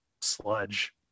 sludge